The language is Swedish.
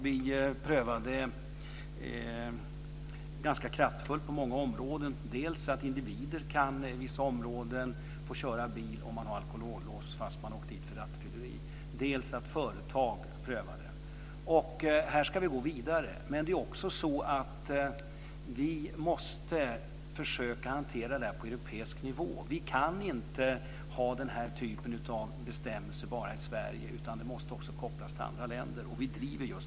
Vi prövar det ganska kraftfullt på många områden, dels så att individer inom vissa områden kan få köra bil om den har alkohollås trots att man har åkt dit för rattfylleri, dels så att företag prövar det. Här ska vi gå vidare. Men vi måste också försöka hantera detta på europeisk nivå. Vi kan inte ha den här typen av bestämmelse bara i Sverige, utan det måste också kopplas till andra länder.